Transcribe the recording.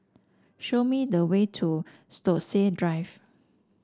show me the way to Stokesay Drive